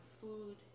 food